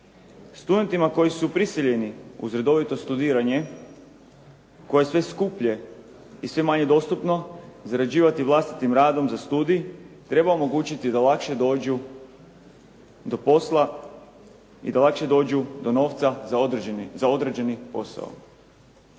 Studentima koji su prisiljeni uz redovito studiranje koje je sve skuplje i sve manje dostupno zarađivati vlastitim radom za studij, treba omogućiti da lakše dođu do posla i da lakše dođu do novca za određeni posao.